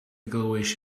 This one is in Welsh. glywais